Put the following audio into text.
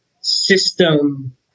system